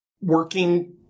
working